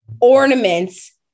Ornaments